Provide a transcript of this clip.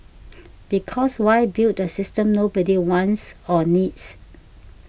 because why build a system nobody wants or needs